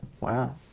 Wow